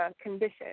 condition